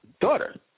daughter